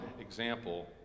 example